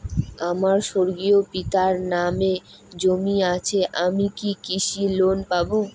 আমার স্বর্গীয় পিতার নামে জমি আছে আমি কি কৃষি লোন পাব?